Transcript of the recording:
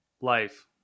Life